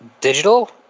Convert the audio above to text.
digital